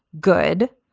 good.